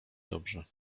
dobrze